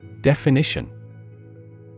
Definition